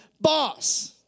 boss